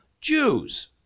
Jews